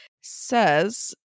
says